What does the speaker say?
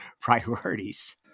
priorities